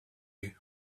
you